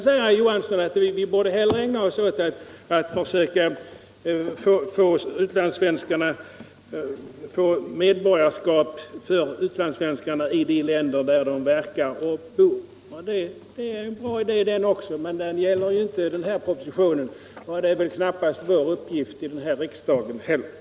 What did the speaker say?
Herr Johansson säger att vi hellre borde ägna oss åt att försöka få medborgarskap för utlandssvenskarna i de länder där de verkar och bor. Det är också en god idé, men den gäller inte den här propositionen, och att arbeta för den är väl knappast vår uppgift i den här riksdagen heller.